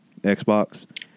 Xbox